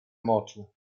moczu